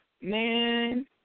Man